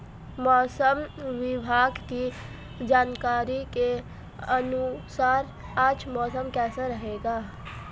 मौसम विभाग की जानकारी के अनुसार आज मौसम कैसा रहेगा?